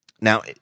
Now